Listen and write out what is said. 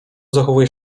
zachowuje